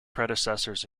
predecessors